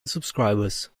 subscribers